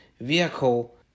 vehicle